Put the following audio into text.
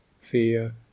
fear